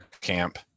camp